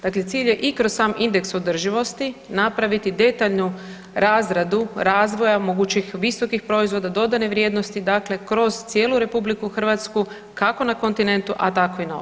Dakle, cilj je i kroz sam indeks održivosti napraviti detaljnu razradu razvoja mogućih visokih proizvoda dodatne vrijednosti dakle kroz cijelu RH kako na kontinentu, a tako i na obali.